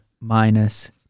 minus